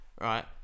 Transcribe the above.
right